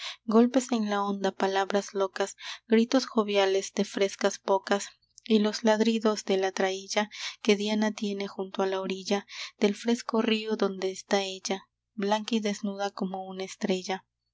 golpes en la onda palabras locas gritos joviales de frescas bocas y los ladridos de la traílla que diana tiene junto a la orilla del fresco río donde está ella blanca y desnuda como una estrella